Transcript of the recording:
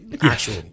actual